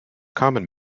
common